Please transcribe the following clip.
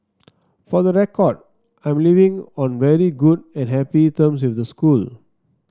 for the record I'm leaving on very good and happy terms with the school